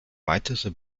weitere